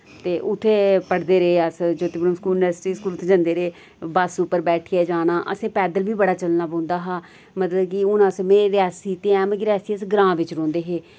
ते उत्थै पढ़दे रेह् अस ज्योतिपुरम स्कूल नर्सरी स्कूल उत्थै जन्दे रेह् बस उप्पर बैठियै जाना असें पैदल बी बड़ा चलने पौंदा हा मतलब कि हून अस मैं रेयासी ते ऐ मगर रेयासी अस ग्रांऽ बिच्च रौंह्नदे हे